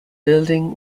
building